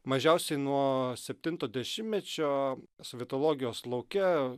mažiausiai nuo septinto dešimtmečio sovietologijos lauke